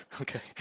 Okay